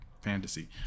fantasy